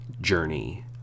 journey